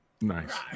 Nice